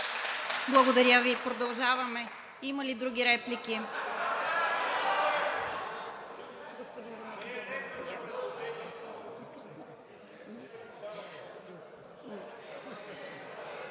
Благодаря Ви. Продължаваме. Има ли други реплики?